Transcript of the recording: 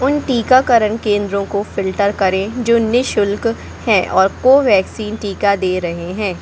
उन टीकाकरण केंद्रों को फ़िल्टर करें जो नि शुल्क हैं और कोवैक्सीन टीका दे रहे हैं